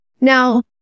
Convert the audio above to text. now